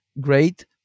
great